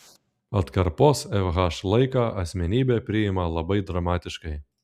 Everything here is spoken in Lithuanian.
atkarpos fh laiką asmenybė priima labai dramatiškai